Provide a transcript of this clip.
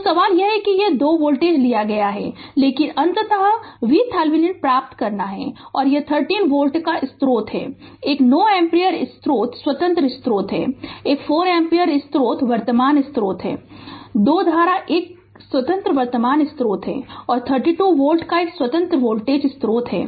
तो सवाल यह है कि ये 2 वोल्टेज लिया गया है लेकिन अंततः VThevenin प्राप्त करना है और यह 30 वोल्ट का स्रोत है एक 9 एम्पीयर स्रोत स्वतंत्र स्रोत है एक 4 एम्पीयर स्वतंत्र वर्तमान स्रोत है 2 धारा एक स्वतंत्र वर्तमान स्रोत है और 32 वोल्ट का एक स्वतंत्र वोल्टेज स्रोत है